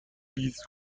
نیز